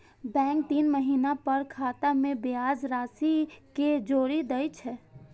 bank तीन महीना पर खाता मे ब्याज राशि कें जोड़ि दै छै